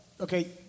Okay